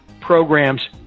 programs